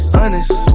honest